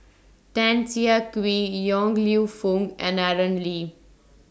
Tan Siah Kwee Yong Lew Foong and Aaron Lee